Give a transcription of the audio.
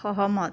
সহমত